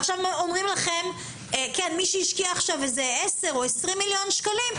עכשיו אומרים לכם שמי שהשקיע עכשיו 10 או 20 מיליון שקלים,